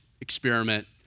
experiment